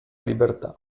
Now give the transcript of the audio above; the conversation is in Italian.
libertà